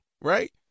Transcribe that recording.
right